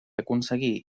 aconseguir